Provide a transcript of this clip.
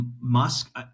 Musk